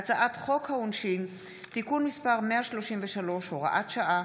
הצעת חוק העונשין (תיקון מס' 133, הוראת שעה)